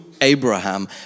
Abraham